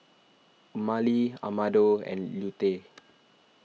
Emmalee Amado and Lute